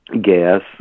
gas